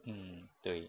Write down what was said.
mm 对